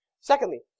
Secondly